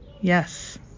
Yes